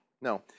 No